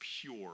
pure